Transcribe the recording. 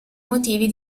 motivi